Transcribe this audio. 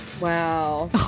Wow